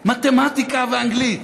מתמטיקה ואנגלית,